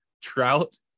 Trout